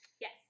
yes